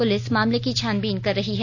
police मामले की छानबीन कर रही है